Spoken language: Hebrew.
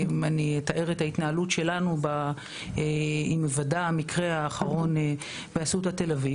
אני אתאר את ההתנהלות שלנו עם היוודע המקרה האחרון באסותא תל-אביב.